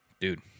dude